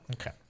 Okay